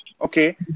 Okay